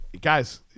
guys